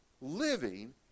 Living